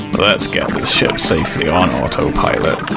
let's get this ship safely on autopilot.